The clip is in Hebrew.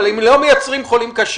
אבל אם הם לא מייצרים חולים קשים,